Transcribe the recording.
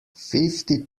fifty